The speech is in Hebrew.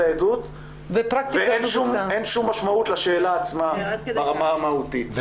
העדות ואין שום משמעות לשאלה עצמה ברמה המהותית.